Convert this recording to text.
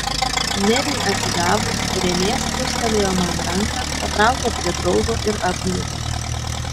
neviui atsigavus renė spustelėjo man ranką patraukė prie draugo ir apglėbė